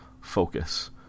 focus